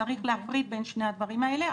צריך להפריד בין שני הדברים האלה.